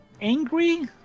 angry